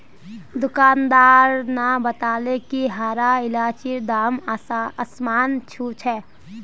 दुकानदार न बताले कि हरा इलायचीर दाम आसमान छू छ